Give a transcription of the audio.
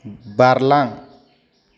बारलां